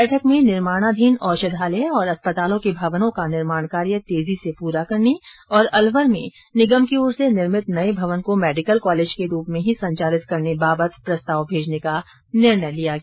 बैठक में निर्माणाधीन औषधालय और अस्पतालों के भवनों का निर्माण कार्य तेजी से पूरा करने तथा अलवर में निगम की ओर से निर्मित नये भवन को मेडिकल कॉलेज के रूप में ही संचालित करने बाबत प्रस्ताव भेजने का निर्णय लिया गया